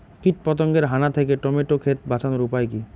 কীটপতঙ্গের হানা থেকে টমেটো ক্ষেত বাঁচানোর উপায় কি?